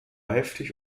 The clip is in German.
heftig